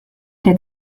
der